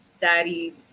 daddy